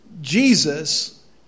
Jesus